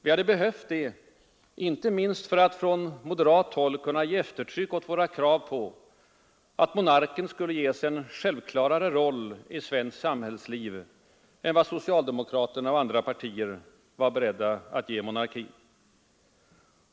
Vi hade behövt det, inte minst för att från moderat håll kunna ge eftertryck åt våra krav på att monarken skulle få en mera självklar roll i svenskt samhällsliv än vad socialdemokraterna och andra partier var beredda att godta.